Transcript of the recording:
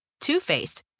Two-Faced